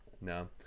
No